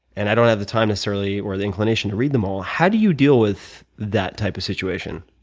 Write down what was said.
and i don't have the time, necessarily, or the inclination to read them all. how do you deal with that type of situation?